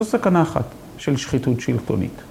‫זו סכנה אחת של שחיתות שלטונית.